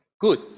good